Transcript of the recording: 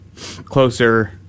closer